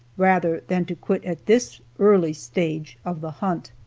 rather than to quit at this early stage of the hunt.